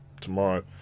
tomorrow